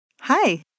Hi